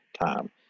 time